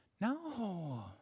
no